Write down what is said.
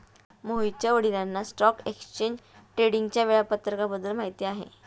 मोहितच्या वडिलांना stock exchange ट्रेडिंगच्या वेळापत्रकाबद्दल माहिती आहे